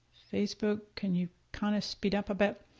facebook can you kind of speed up a bit?